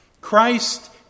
Christ